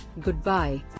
Goodbye